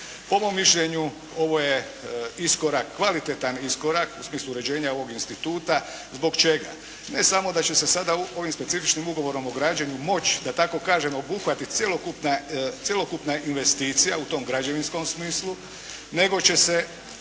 Po mom mišljenju ovo je iskorak, kvalitetan iskorak u smislu uređenja ovog instituta. Zbog čega? Ne samo da će se sada ovim specifičnim ugovorom o građenju moći da tako kažem obuhvatit cjelokupna investicija u tom građevinskom smislu, nego će se